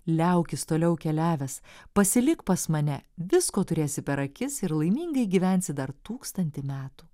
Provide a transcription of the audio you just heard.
liaukis toliau keliavęs pasilik pas mane visko turėsi per akis ir laimingai gyvensi dar tūkstantį metų